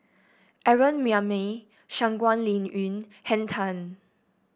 Aaron Maniam Shangguan Liuyun Henn Tan